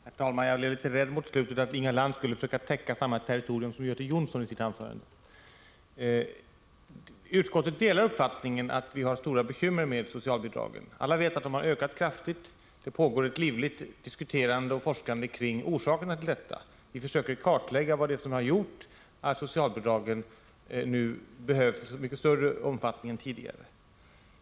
Herr talman! Jag blev litet rädd för att Inga Lantz skulle försöka täcka samma territorium som Göte Jonsson i sitt anförande. Utskottet delar uppfattningen att det är stora bekymmer med socialbidragen. Alla vet att de har ökat kraftigt, och det pågår en livlig diskussion och forskning kring orsakerna till detta. Vi försöker kartlägga vad det är som har gjort att socialbidragen nu behövs i så mycket större omfattning än tidigare.